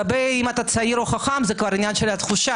לגבי אם אתה צעיר או חכם זה כבר עניין של תחושה,